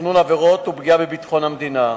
תכנון עבירות ופגיעה בביטחון המדינה.